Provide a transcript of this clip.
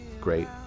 great